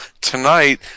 tonight